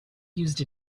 used